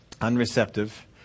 Unreceptive